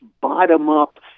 bottom-up